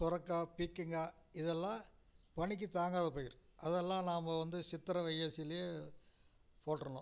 சுரக்கா பீர்க்கங்கா இதெல்லாம் பனிக்கு தாங்காத பயிர் அதெல்லாம் நாம் வந்து சித்திரை வைகாசிலேயே போட்டுடணும்